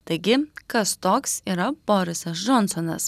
taigi kas toks yra borisas džonsonas